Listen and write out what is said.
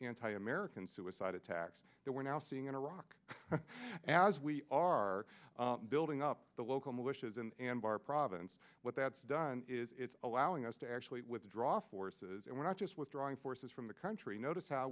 anti american suicide attacks that we're now seeing in iraq as we are building up the local militias in anbar province what that's done is it's allowing us to actually withdraw forces and we're not just withdrawing forces from the country notice how